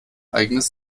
eigenes